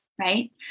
right